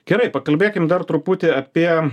gerai pakalbėkim dar truputį apie